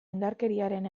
indarkeriaren